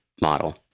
model